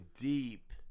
deep